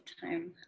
time